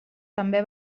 també